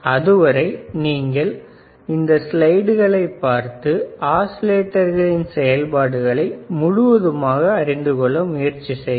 அதுவரை நீங்கள் ஸ்லைடுகளை பார்த்து ஆஸிலேட்டர்களின் செயல்பாடுகளை முழுவதுமாக அறிந்து கொள்ள முயற்சி செய்யுங்கள்